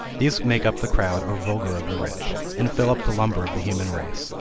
these make up the crowd or vulgar of the rich, and fill up the lumber of the human race,